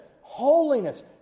holiness